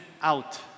out